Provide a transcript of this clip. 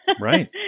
right